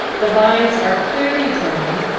the lines are clearly drawn,